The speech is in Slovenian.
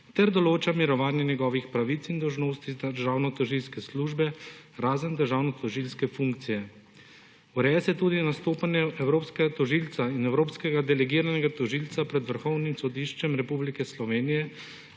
ter določa mirovanje njegovih pravic in dolžnosti iz državnotožilske službe, razen državnotožilske funkcije. Ureja se tudi nastopanje evropskega tožilca in evropskega delegiranega tožilca pred Vrhovnim sodiščem Republike Slovenije